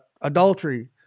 adultery